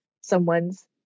someone's